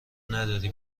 نداری